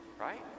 Right